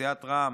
סיעת רע"מ,